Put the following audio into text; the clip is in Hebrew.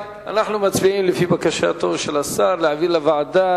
אנחנו מצביעים על בקשתו של השר להעביר לוועדה.